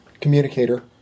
Communicator